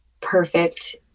perfect